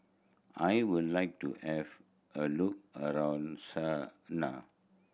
I would like to have a look around Sanaa